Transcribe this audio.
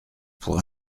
pour